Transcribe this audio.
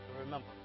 remember